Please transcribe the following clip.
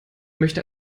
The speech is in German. möchte